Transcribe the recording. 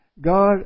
God